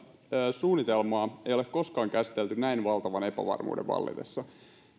suunnitelmaa ei ole koskaan käsitelty näin valtavan epävarmuuden vallitessa